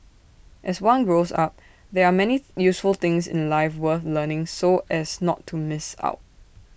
as one grows up there are many useful things in life worth learning so as not to miss out